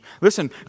Listen